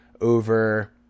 over